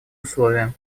условия